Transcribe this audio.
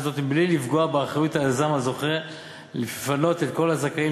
וזאת בלי לפגוע באחריות היזם הזוכה לפנות את כל הזכאים